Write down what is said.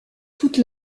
toute